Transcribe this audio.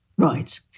Right